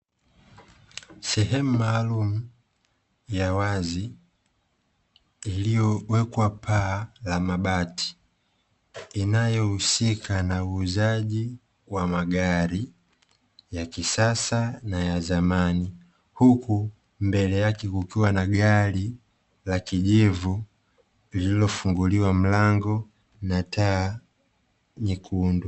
Sehemu maalumu ya wazi, iliyowekwa paa la mabati, inayohusika na uuzaji wa magari ya kisasa na ya zamani. Huku mbele yake kukiwa na gari la kijivu, lililofunguliwa mlango na taa nyekundu.